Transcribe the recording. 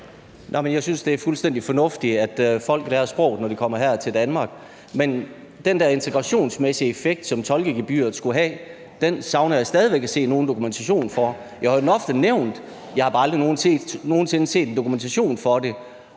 Jeg synes, det er fuldstændig fornuftigt, at folk lærer sproget, når de kommer her til Danmark, men den der integrationsmæssige effekt, som tolkegebyret skulle have, savner jeg stadig væk at se dokumentation for. Jeg hører det ofte nævnt, men jeg har bare aldrig nogen sinde set nogen dokumentation for det.